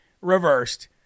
reversed